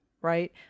right